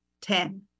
ten